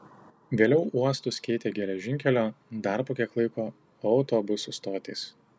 vėliau uostus keitė geležinkelio dar po kiek laiko autobusų stotys